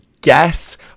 guess